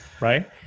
Right